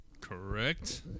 Correct